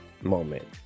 moment